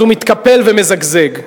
אז הוא מתקפל ומזגזג.